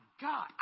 God